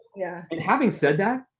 yeah. and having said that,